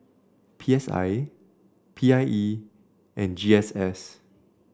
P S I P I E and G S S